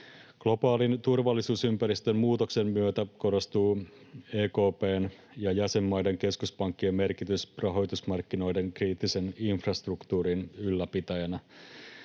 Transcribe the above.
Globaalin turvallisuusympäristön muutoksen myötä korostuu EKP:n ja jäsenmaiden keskuspankkien merkitys rahoitusmarkkinoiden kriittisen infrastruktuurin ylläpitäjinä.